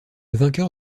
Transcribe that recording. vainqueur